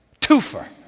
Twofer